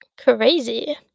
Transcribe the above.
crazy